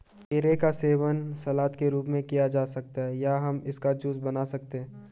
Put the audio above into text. खीरे का सेवन सलाद के रूप में किया जा सकता है या हम इसका जूस बना सकते हैं